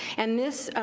and this